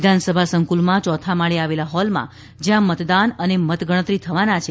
વિધાનસભા સંકુલમાં ચોથા માળે આવેલા હોલમાં જ્યા મતદાન અને મતગણતરી થવાના છે